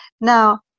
Now